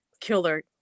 killer